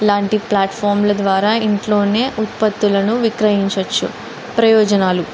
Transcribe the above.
లాంటి ప్లాట్ఫామ్ల ద్వారా ఇంట్లోనే ఉత్పత్తులను విక్రయించ వచ్చు ప్రయోజనాలు